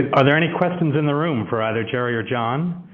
are there any questions in the room for either jerry or john?